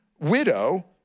widow